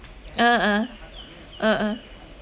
ah ah